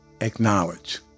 acknowledge